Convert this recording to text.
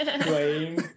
playing